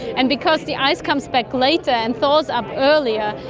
and because the ice comes back later and thaws up earlier,